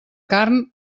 carn